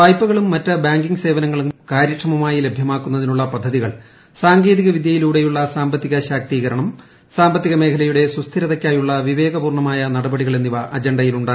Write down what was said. വായ്പകളും മറ്റ് ബാങ്കിങ് സേവനങ്ങളും കാര്യക്ഷമമായി ലഭ്യമാക്കുന്നതിനുള്ള പദ്ധതികൾ സാങ്കേതികവിദ്യയിലൂടെയുള്ള സാമ്പത്തിക ശാക്തീകരണം സാമ്പത്തിക മേഖലയുടെ സുസ്ഥിരതയ്ക്കാ യുള്ള വിവേകപൂർണമായ നടപടികൾ എന്നിവ അജണ്ടയിലുണ്ട്